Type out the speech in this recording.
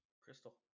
Crystal